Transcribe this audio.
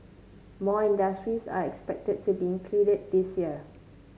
more industries are expected to be included this year